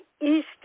East